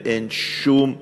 ואין שום ערעור,